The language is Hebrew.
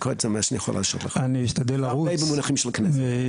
כשזה אושר בוועדה המחוזית ב-2019 כנראה